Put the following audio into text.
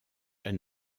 elle